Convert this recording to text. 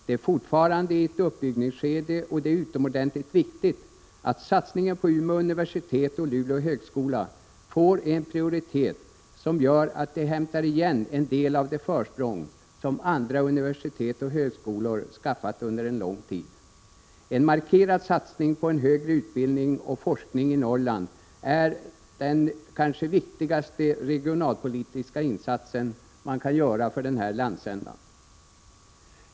De är fortfarande i ett uppbyggnadsskede, och det är utomordentligt viktigt att satsningen på Umeå universitet och Luleå högskola får en prioritet som gör att de hämtar igen en del av det försprång som andra universitet och högskolor har skaffat sig under en lång tid. En markerad satsning på den högre utbildningen och forskningen i Norrland är kanske den viktigaste regionalpolitiska insats man kan göra för denna landsända.